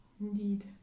indeed